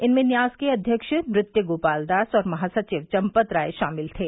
इनमें न्यास के अध्यक्ष नृत्य गोपाल दास और महासचिव चम्पत राय शामिल थे